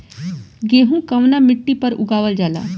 गेहूं कवना मिट्टी पर उगावल जाला?